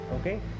Okay